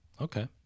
Okay